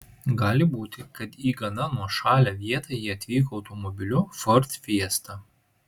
gali būti kad į gana nuošalią vietą jie atvyko automobiliu ford fiesta